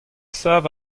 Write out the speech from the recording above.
sav